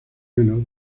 menos